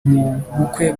mubukwe